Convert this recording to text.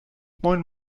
moin